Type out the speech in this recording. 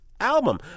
album